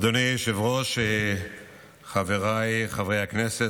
אדוני היושב-ראש, חבריי חברי הכנסת,